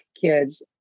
kids